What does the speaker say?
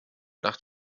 nach